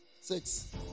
six